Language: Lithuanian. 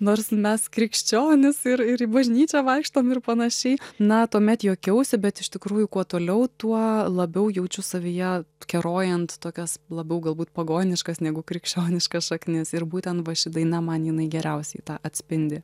nors mes krikščionys ir ir į bažnyčią vaikštom ir panašiai na tuomet juokiausi bet iš tikrųjų kuo toliau tuo labiau jaučiu savyje kerojant tokias labiau galbūt pagoniškas negu krikščioniškas šaknis ir būtent va ši daina man jinai geriausiai tą atspindi